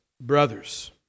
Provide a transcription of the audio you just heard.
Brothers